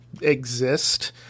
exist